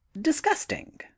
disgusting